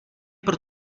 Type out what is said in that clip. pro